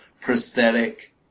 prosthetic